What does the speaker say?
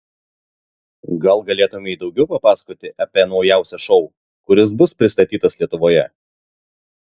gal galėtumei daugiau papasakoti apie naujausią šou kuris bus pristatytas lietuvoje